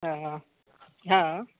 हँ हँ